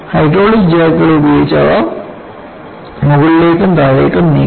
hydraulic ജാക്കുകൾ ഉപയോഗിച്ച് അവ മുകളിലേക്കും താഴേക്കും നീക്കി